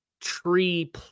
tree